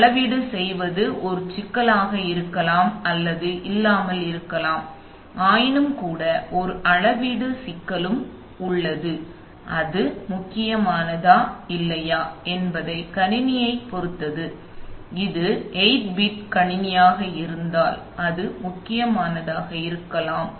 அளவீடு செய்வது ஒரு சிக்கலாக இருக்கலாம் அல்லது இல்லாமலிருக்கலாம் ஆயினும்கூட ஒரு அளவிடு சிக்கலும் உள்ளது அது முக்கியமானதா இல்லையா என்பதைப் கணினியை பொறுத்தது இது 8 பிட் கணினியாக இருந்தால் அது முக்கியமானதாக இருக்கலாம்